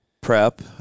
Prep